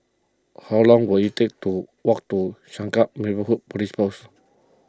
how long will it take to walk to Changkat Neighbourhood Police Post